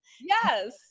Yes